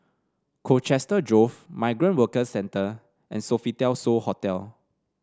Colchester Grove Migrant Workers Centre and Sofitel So Hotel